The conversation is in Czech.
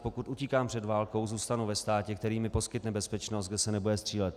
Pokud utíkám před válkou, zůstanu ve státě, který mi poskytne bezpečnost, kde se nebude střílet.